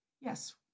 yes